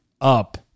up